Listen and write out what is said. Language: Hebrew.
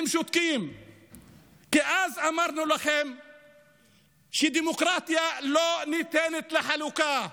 אז אמרנו לכם שדמוקרטיה לא ניתנת לחלוקה,